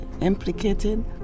implicated